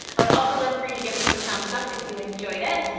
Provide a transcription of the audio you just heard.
i would also love for you to give this a thumbs up if you enjoyed it,